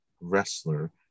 wrestler